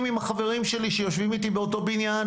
עם החברים שלי שיושבים איתי באותו בניין.